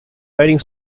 writing